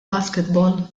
basketball